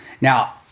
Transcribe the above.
now